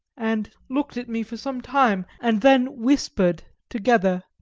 and looked at me for some time, and then whispered together.